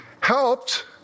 helped